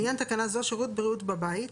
לעניין תקנה זו, "שירות בריאות בבית"